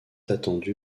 attendu